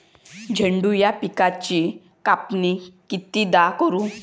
झेंडू या पिकाची कापनी कितीदा करू?